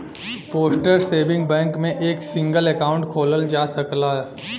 postal saving bank में एक single account खोलल जा सकला